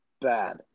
bad